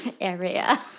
area